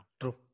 True